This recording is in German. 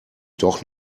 doch